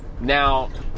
Now